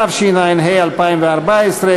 התשע"ה 2014,